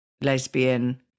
lesbian